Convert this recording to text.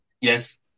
Yes